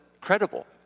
credible